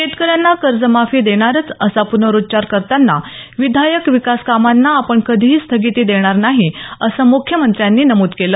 शेतकऱ्यांना कर्जमाफी देणारच असा प्नरुच्चार करताना विधायक विकासकामांना आपण कधीही स्थगिती देणार नाही असं मुख्यमंत्र्यांनी नमूद केलं